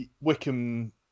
Wickham